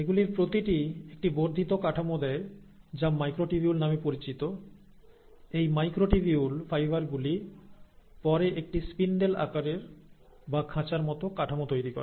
এগুলির প্রতিটি একটি বর্ধিত কাঠামো দেয় যা মাইক্রোটিবিউল নামে পরিচিত এই মাইক্রোটিবিউল ফাইবার গুলি পরে একটি স্পিন্ডেল আকারের বা খাঁচার মতো কাঠামো তৈরি করে